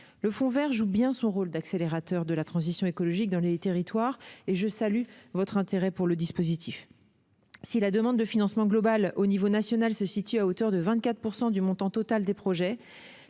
Le fonds vert joue donc bien son rôle d'accélérateur de la transition écologique dans les territoires, et je salue votre intérêt pour le dispositif. Si la demande globale de financement, au niveau national, se situe à hauteur de 24 % du montant total des projets,